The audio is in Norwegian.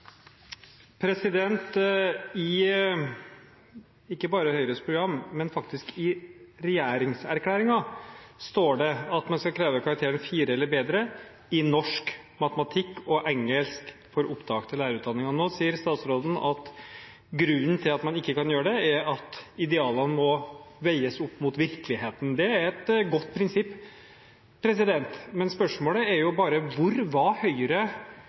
for replikkordskifte. Ikke bare i Høyres program, men faktisk også i regjeringserklæringen står det at man skal kreve karakteren 4 eller bedre i norsk, matematikk og engelsk for opptak til lærerutdanningen. Nå sier statsråden at grunnen til at man ikke kan gjøre det, er at idealene må veies opp mot virkeligheten. Det er et godt prinsipp, men spørsmålet er hvor Høyre var